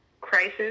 crisis